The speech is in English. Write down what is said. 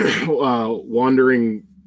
wandering